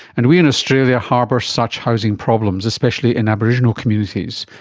and we in australia harbour such housing problems, especially in aboriginal communities.